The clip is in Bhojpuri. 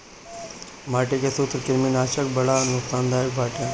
माटी के सूत्रकृमिनाशक बड़ा नुकसानदायक बाटे